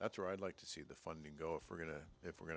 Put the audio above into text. that's where i'd like to see the funding go if we're going to if we're going